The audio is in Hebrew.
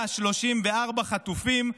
134 חטופים,